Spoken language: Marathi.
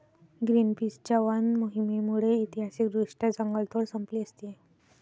ग्रीनपीसच्या वन मोहिमेमुळे ऐतिहासिकदृष्ट्या जंगलतोड संपली असती